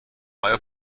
آیا